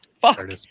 Fuck